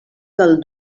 del